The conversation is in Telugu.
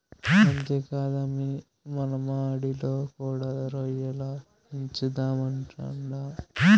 అంతేకాదమ్మీ మన మడిలో కూడా రొయ్యల పెంచుదామంటాండా